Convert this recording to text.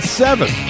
seven